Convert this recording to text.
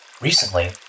Recently